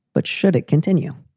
but should it continue?